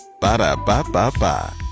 Ba-da-ba-ba-ba